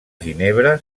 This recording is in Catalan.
ginebra